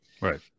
Right